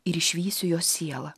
ir išvysiu jo sielą